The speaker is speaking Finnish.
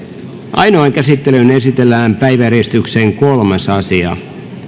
ainoaan käsittelyyn esitellään päiväjärjestyksen kolmas asia